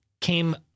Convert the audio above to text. came